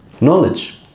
knowledge